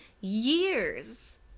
years